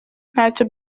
ntacyo